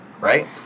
right